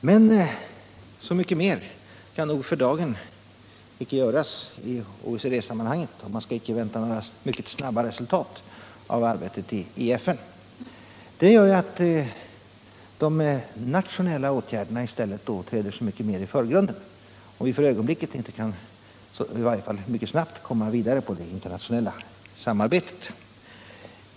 Men så mycket mer kan nog för dagen icke göras i OECD-sammanhanget, och man skall inte vänta några mycket snabba resultat av arbetet i FN. Det gör att de nationella åtgärderna i stället träder mer i förgrunden, om vi för ögonblicket inte kan — i varje fall inte mycket snabbt — komma vidare med det internationella samarbetet.